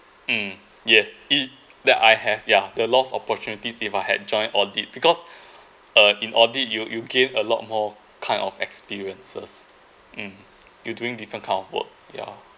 mm yes it that I have yeah the loss opportunities if I had joined audit because uh in audit you you gain a lot more kind of experiences mm you doing different kind of work ya